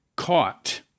caught